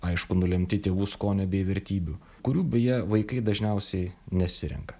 aišku nulemti tėvų skonio bei vertybių kurių beje vaikai dažniausiai nesirenka